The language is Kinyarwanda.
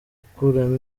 gukuramo